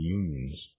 unions